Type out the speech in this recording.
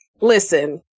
Listen